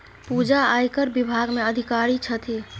पूजा आयकर विभाग मे अधिकारी छथि